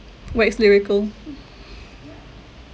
wax lyrical